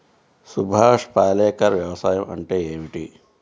సుభాష్ పాలేకర్ వ్యవసాయం అంటే ఏమిటీ?